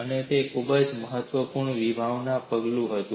અને આ એક ખૂબ જ મહત્વપૂર્ણ વિભાવનાત્મક પગલું હતું